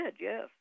yes